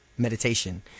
meditation